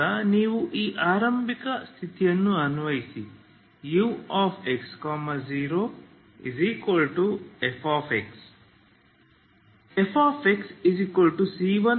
ಈಗ ನೀವು ಈ ಆರಂಭಿಕ ಸ್ಥಿತಿಯನ್ನು ಅನ್ವಯಿಸಿ ux0fx